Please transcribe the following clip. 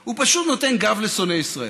הוא פשוט נותן גב לשונאי ישראל.